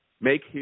Make